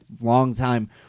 longtime